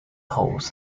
holes